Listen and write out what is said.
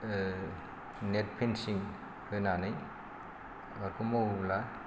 net fencing होनानै आबादखौ मावोब्ला